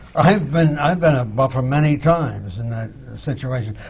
i've been i've been a buffer many times in that situation.